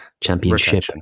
Championship